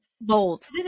bold